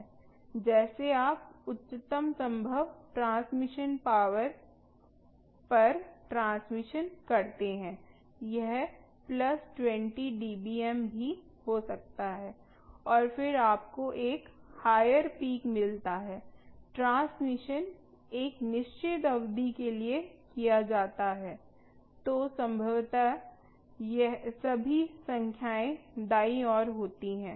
जैसे आप उच्चतम संभव ट्रांसमिशन पावर पर ट्रांसमिशन करते हैं यह प्लस 20 डीबीएम भी हो सकता है और फिर आपको एक हायर पीक मिलता है ट्रांसमिशन एक निश्चित अवधि के लिए किया जाता है तो संभवतः सभी संख्याएं दाईं ओर होती हैं